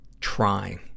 trying